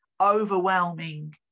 overwhelming